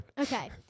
Okay